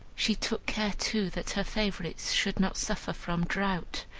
she took care, too, that her favorites should not suffer from drought,